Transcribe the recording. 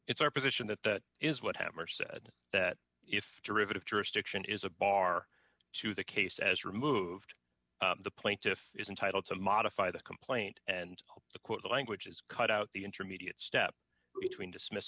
it's our position that that is what hammer said that if derivative jurisdiction is a bar to the case as removed the plaintiff is entitled to modify the complaint and the court language is cut out the intermediate step between dismiss